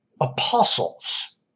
Apostles